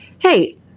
hey